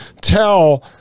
tell